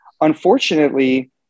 unfortunately